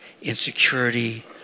insecurity